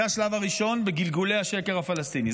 זה השלב הראשון בגלגולי השקר הפלסטיני.